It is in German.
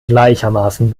gleichermaßen